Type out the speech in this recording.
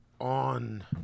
on